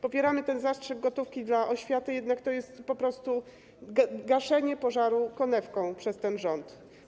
Popieramy ten zastrzyk gotówki dla oświaty, jednak to jest gaszenie pożaru konewką przez ten rząd.